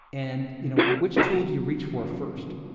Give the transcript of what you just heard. and, you know, which tool do you reach for first?